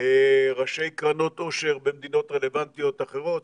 ראשי קרנות עושר במדינות רלוונטיות אחרות,